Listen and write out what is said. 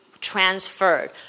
transferred